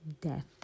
death